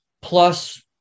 plus